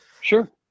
Sure